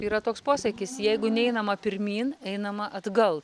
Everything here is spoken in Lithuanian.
yra toks posakis jeigu neinama pirmyn einama atgal